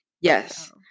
Yes